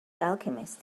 alchemist